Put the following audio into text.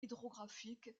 hydrographique